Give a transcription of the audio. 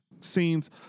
scenes